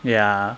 ya